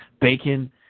bacon